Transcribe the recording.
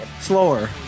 Slower